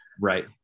Right